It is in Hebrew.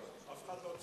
אף אחד לא צועק.